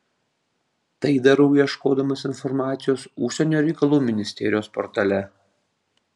tai darau ieškodamas informacijos užsienio reikalų ministerijos portale